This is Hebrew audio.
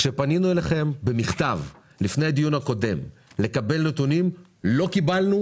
כשפנינו אליכם במכתב לפני הדיון הקודם לקבל נתונים לא קיבלנו,